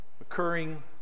occurring